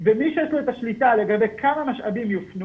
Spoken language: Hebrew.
ומי שיש לו את השליטה לגבי כמה משאבים יופנו